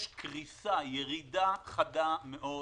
יש קריסה, ירידה חדה מאוד